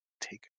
Take